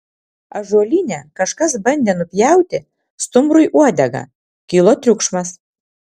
ąžuolyne kažkas bandė nupjauti stumbrui uodegą kilo triukšmas